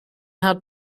had